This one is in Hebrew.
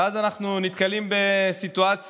ואז אנחנו נתקלים בסיטואציה,